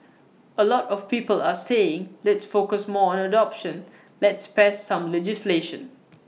A lot of people are saying let's focus more on adoption let's pass some legislation